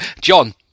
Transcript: John